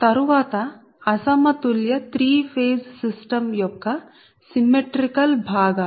తరువాత అసమతుల్య 3 phase system యొక్క సిమ్మెట్రీకల్ భాగాలు